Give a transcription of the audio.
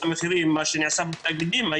מה שנעשה בתאגידים,